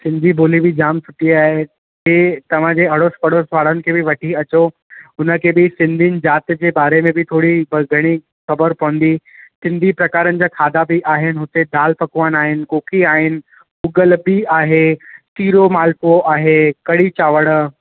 सिंधी ॿोली बि जामु सुठी आहे तव्हांजे अड़ोसि पड़ोसि वारनि खे बि वठी अचो हुन खे बि सिंधियुनि ज़ाति जे बारे में बि थोरी घणी ख़बरु पवंदी सिंधी प्रकारनि जा खाधा बि आहिनि हुते दाल पकवानु आहिनि कोकी आहिनि भुगल बिहु आहे सीरो मालपुड़ो आहे कढ़ी चांवरु